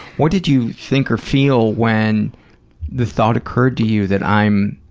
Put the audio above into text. what did you think or feel when the thought occurred to you that, i'm